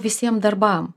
visiem darbam